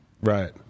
Right